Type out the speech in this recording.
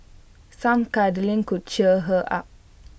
some cuddling could cheer her up